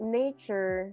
nature